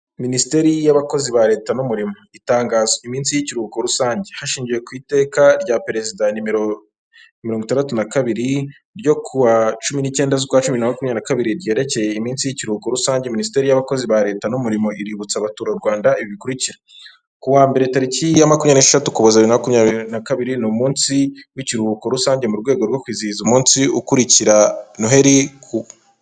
Minisiteri y'abakozi ba leta n'umurimo itangazo iminsi y'ikiruhuko rusange hashingiwe ku iteka rya perezida nimero mirongo itandatu na kabiri ryo ku wa cumi nicyenda'ukwa cumi na makumyabiribiri ryerekeye iminsi y'ikiruhuko rusangeinisiteri y'abakozi ba leta n'umurimo iributsa abaturarwanda ibikurikira ku wa mbere tariki ya makumyashatu ukuza makumyabiri na kabiri ni umunsi w'ikiruhuko rusange mu rwego rwo kwizihiza umunsi ukurikira noheli ku.